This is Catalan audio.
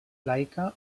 laica